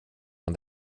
man